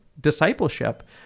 discipleship